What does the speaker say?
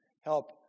Help